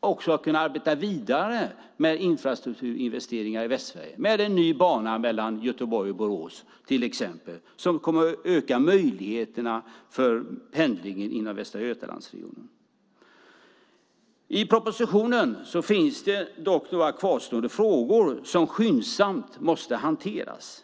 också att kunna arbeta vidare med infrastrukturinvesteringar i Västsverige med en nya bana mellan Göteborg och Borås, till exempel. Det kommer att öka möjligheterna för pendlingen inom Västra Götalandsregionen. I propositionen finns det dock några kvarstående frågor som skyndsamt måste hanteras.